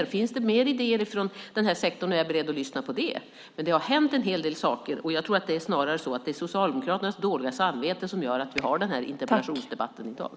Om det finns fler idéer från den här sektorn är jag beredd att lyssna på dem. Men det har hänt en hel del saker, och jag tror snarare att det är Socialdemokraternas dåliga samvete som gör att vi har den här interpellationsdebatten i dag.